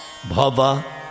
bhava